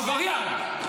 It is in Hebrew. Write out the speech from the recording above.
עבריין.